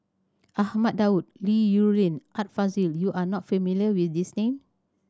Ahmad Daud Li Rulin and Art Fazil you are not familiar with these name